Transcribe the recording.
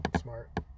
smart